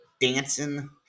Dancing